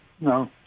no